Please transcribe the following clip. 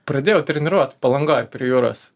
pradėjau treniruot palangoj prie jūros